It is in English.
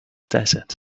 desert